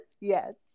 Yes